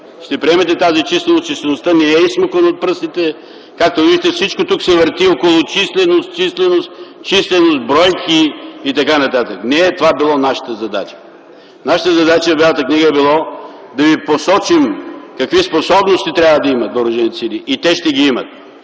ще приемете тази численост, а тя не е изсмуквана от пръстите. Както виждате, всичко тук се върти около численост, численост, численост, бройки и т.н. Това не е било нашата задача. Нашата задача в Бялата книга е била да ви посочим какви способности трябва да имат въоръжените сили, и те ще ги имат.